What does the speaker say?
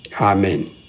Amen